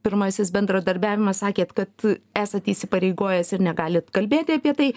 pirmasis bendradarbiavimas sakėt kad esat įsipareigojęs ir negalit kalbėti apie tai